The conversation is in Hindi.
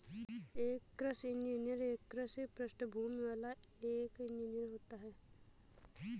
एक कृषि इंजीनियर एक कृषि पृष्ठभूमि वाला एक इंजीनियर होता है